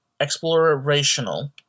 explorational